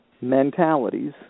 mentalities